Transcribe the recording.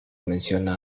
menciona